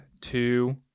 two